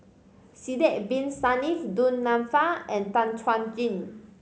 Sidek Bin Saniff Du Nanfa and Tan Chuan Jin